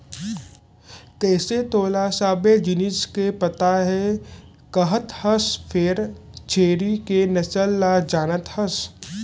कइसे तोला सबे जिनिस के पता हे कहत हस फेर छेरी के नसल ल जानत हस?